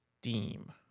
Steam